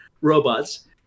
robots